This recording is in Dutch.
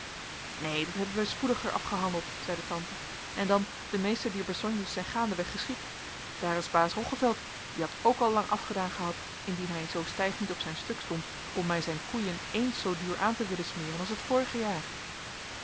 neen dat hebben wij spoediger afgehandeld zeide tante en dan de meeste dier besognes zijn gaandeweg geschied daar is baas roggeveld die had ook al lang afgedaan gehad indien hij zoo stijf niet op zijn stuk stond om mij zijn koeien eens zoo duur aan te willen smeren als het vorige jaar